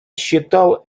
считал